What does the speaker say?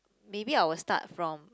maybe I will start from